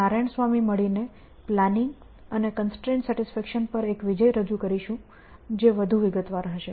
નારાયણ સ્વામી મળીને પ્લાનિંગ અને constraint satisfaction પર એક વિષય રજૂ કરશું જે વધુ વિગતવાર હશે